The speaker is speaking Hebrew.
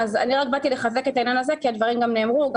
באתי רק לחזק את העניין הזה כי הדברים גם נאמרו גם